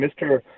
Mr